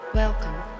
Welcome